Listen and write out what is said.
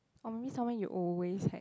or maybe somewhere you always hang